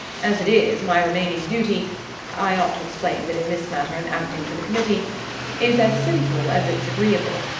as it is, my remaining duty i ought to explain that in this matter i'm acting for the committee is as simple as it's agreeable.